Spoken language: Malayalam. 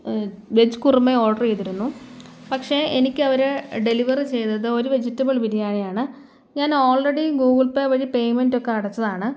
വെജ് കുറുമയും ഓർഡറെയ്തിരുന്നു പക്ഷേ എനിക്ക് അവര് ഡെലിവറ് ചെയ്തത് ഒരു വെജിറ്റബിൾ ബിരിയാണിയാണ് ഞാൻ ഓൾറെഡി ഗൂഗിൾ പേ വഴി പേയ്മെൻറ്റൊക്കെ അടച്ചതാണ്